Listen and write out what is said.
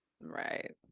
Right